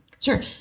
Sure